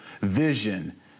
vision